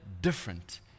different